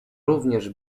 również